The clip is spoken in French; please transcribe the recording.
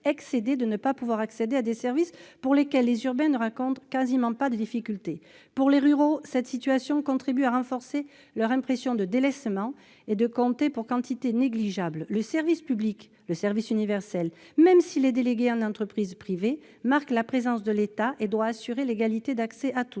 excédés de ne pas pouvoir accéder à des services pour lesquels les urbains ne rencontrent quasiment pas de difficultés. Pour les ruraux, cette situation contribue à renforcer leur impression de délaissement, l'impression de compter pour quantité négligeable. Le service public, le service universel, même s'il est délégué à une entreprise privée, marque la présence de l'État : il doit assurer l'égalité d'accès de tous